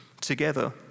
together